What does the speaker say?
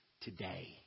today